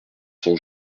sont